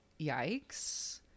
yikes